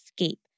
escape